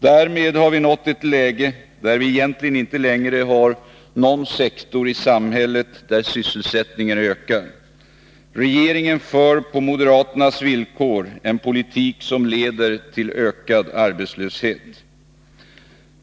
Härmed har vi nått ett läge, där vi egentligen inte längre har någon sektor i samhället inom vilken sysselsättningen ökar. Regeringen för på moderaternas villkor en politik som leder till ökad arbetslöshet.